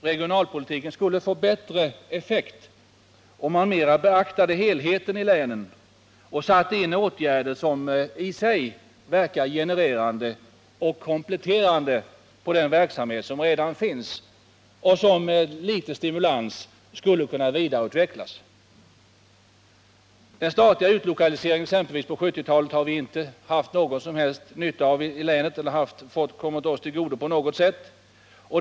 Regionalpolitiken skulle få bättre effekt om man mera beaktade helheten i länen och satte in åtgärder som i sig verkar genererande och kompletterande på den verksamhet som redan finns och som med litet stimulans skulle kunna vidareutvecklas. Den statliga utlokaliseringen under 1970-talet har exempelvis inte på något sätt kommit Blekinge till godo.